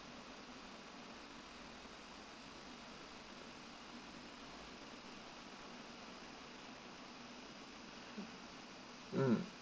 um